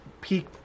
peak